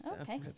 Okay